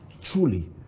truly